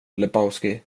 lebowski